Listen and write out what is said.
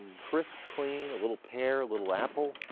crisp, clean, a little pare, a little apple.